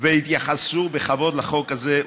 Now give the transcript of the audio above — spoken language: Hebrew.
ויתייחסו בכבוד לחוק הזה,